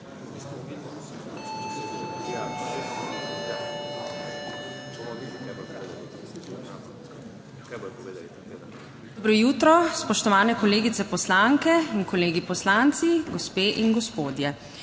Dobro jutro! Spoštovane kolegice poslanke in kolegi poslanci, gospe in gospodje!